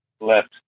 left